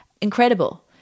incredible